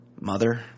mother